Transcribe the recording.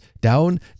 Down